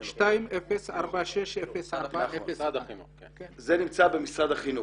-- כן, 20460401. זה נמצא במשרד החינוך.